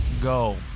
go